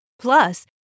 Plus